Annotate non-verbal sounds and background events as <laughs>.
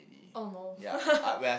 oh no <laughs>